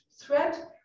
threat